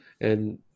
And-